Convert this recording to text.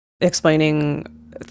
explaining